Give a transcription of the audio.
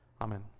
Amen